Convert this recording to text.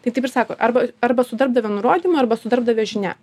tai taip ir sako arba arba su darbdavio nurodymu arba su darbdavio žinia